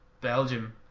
Belgium